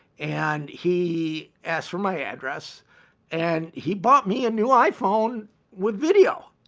and he asked for my address and he bought me a new iphone with video.